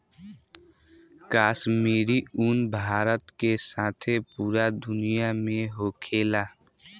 काश्मीरी उन भारत के साथे पूरा दुनिया में होखेला